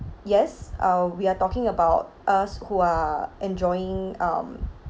yes uh we're talking about us who are enjoying um